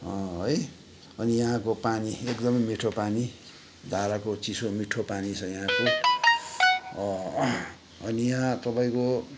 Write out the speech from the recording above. है अनि यहाँको पानी एकदमै मिठो पानी धाराको चिसो मिठो पानी छ यहाँको अनि यहाँ तपाईँको